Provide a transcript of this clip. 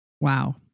Wow